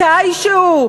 מתישהו,